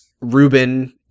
Ruben